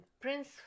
Prince